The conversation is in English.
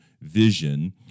vision